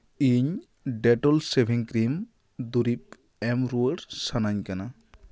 ᱤᱧ ᱰᱮᱴᱳᱞ ᱥᱮᱵᱷᱤᱝ ᱠᱨᱤᱢ ᱫᱩᱨᱤᱵᱽ ᱮᱢ ᱨᱩᱣᱟᱹᱲ ᱥᱟᱱᱟᱧ ᱠᱟᱱᱟ